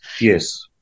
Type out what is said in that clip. Yes